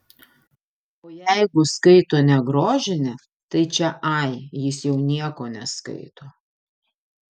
o jeigu skaito ne grožinę tai čia ai jis jau nieko neskaito